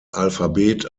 alphabet